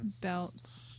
Belts